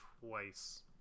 twice